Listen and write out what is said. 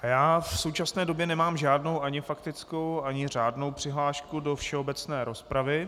Já v současné době nemám žádnou ani faktickou, ani řádnou přihlášku do všeobecné rozpravy.